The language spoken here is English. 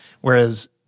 Whereas